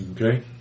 Okay